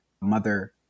mother